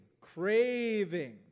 craving